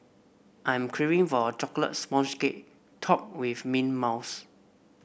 I am craving for a chocolate sponge cake topped with mint mousse